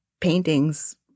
paintings